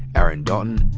aaron dalton,